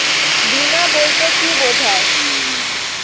বিমা বলতে কি বোঝায়?